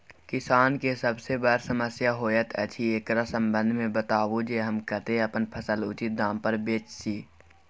किसान के सबसे बर समस्या होयत अछि, एकरा संबंध मे बताबू जे हम कत्ते अपन फसल उचित दाम पर बेच सी?